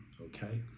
Okay